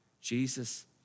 Jesus